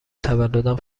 تولدم